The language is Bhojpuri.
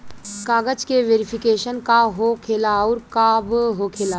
कागज के वेरिफिकेशन का हो खेला आउर कब होखेला?